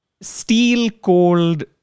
steel-cold